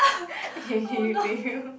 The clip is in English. okay okay give it to you